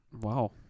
wow